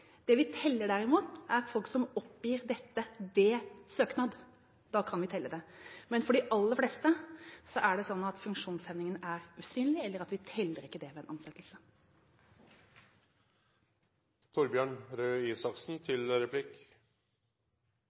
funksjonshemming. Vi teller ikke dem, og det mener jeg er riktig. De vi derimot teller, er folk som oppgir dette ved søknad – da kan vi telle dem. Men for de aller fleste er det slik at funksjonshemmingen er usynlig, at vi ikke teller dem ved